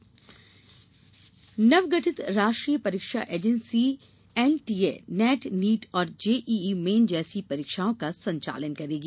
NTA परीक्षा नवगठित राष्ट्रीय परीक्षा एजेंसी एनटीए नेट नीट और जेईई मेन जैसी परीक्षाओं का संचालन करेगी